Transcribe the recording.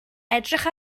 edrych